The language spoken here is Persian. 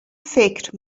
فکر